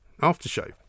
aftershave